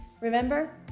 Remember